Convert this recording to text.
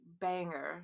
banger